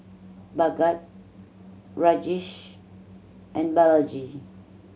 Bhagat Rajesh and Balaji